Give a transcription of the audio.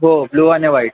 हो ब्लू आणि व्हाईट